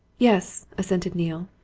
yes, assented neale.